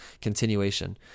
continuation